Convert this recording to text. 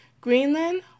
Greenland